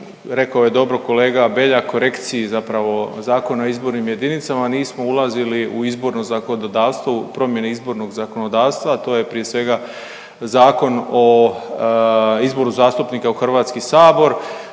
rekao je dobro kolega Beljak, korekciji zapravo Zakona o izbornim jedinicama, nismo ulazili u izborno zakonodavstvo u promjeni izbornog zakonodavstva, to je prije svega Zakon o izboru zastupnika u Hrvatski sabor,